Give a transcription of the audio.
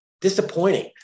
disappointing